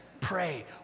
Pray